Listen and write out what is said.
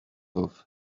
off